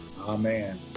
Amen